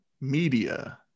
media